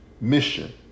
mission